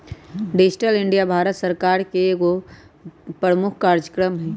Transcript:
digital India Bharat सरकार का एगो प्रमुख काजक्रम हइ